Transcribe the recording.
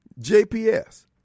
JPS